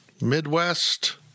midwest